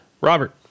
robert